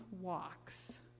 walks